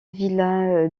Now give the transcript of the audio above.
villa